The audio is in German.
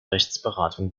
rechtsberatung